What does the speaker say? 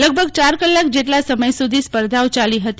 લગભગ ચાર કલાક જેટલા સમય સુધી સ્પર્ધઓ ચાલી હતી